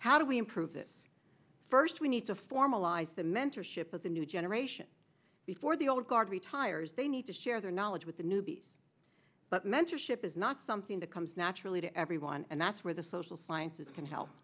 how do we improve this first we need to formalize the mentorship of the new generation before the old guard retires they need to share their knowledge with the newbies but mentorship is not something that comes naturally to everyone and that's where the social sciences can help